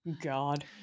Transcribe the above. god